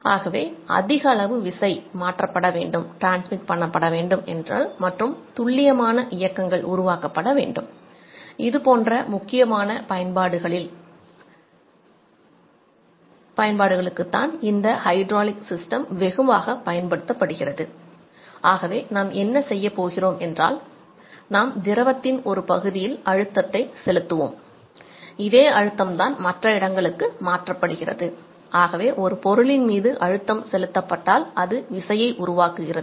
ஆகவே அதிக அளவு விசை மாற்றப்பட உருவாக்குகிறது